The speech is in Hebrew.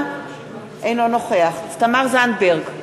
אינו נוכח תמר זנדברג,